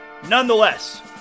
Nonetheless